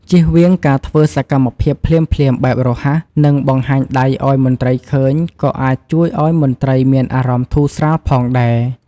ជៀសវាងការធ្វើសកម្មភាពភ្លាមៗបែបរហ័ស និងបង្ហាញដៃឱ្យមន្ត្រីឃើញ ក៏អាចជួយឱ្យមន្ត្រីមានអារម្មណ៍ធូរស្រាលផងដែរ។